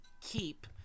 keep